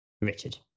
Richard